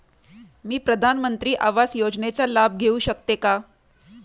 मी प्रधानमंत्री आवास योजनेचा लाभ घेऊ शकते का?